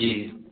जी